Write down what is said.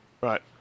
Right